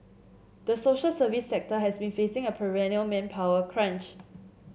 the social service sector has been facing a perennial manpower crunch